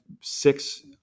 six